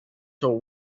till